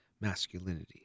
masculinity